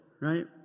right